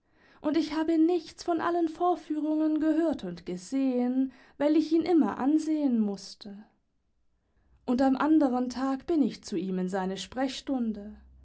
und ich habe nichts von allen vorführungen gehört und gesehen weil ich ihn immer ansehen mvißte und am anderen tag bin ich zu ihm in seine sprechstunde